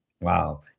Wow